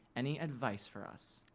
any advice for us?